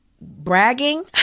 bragging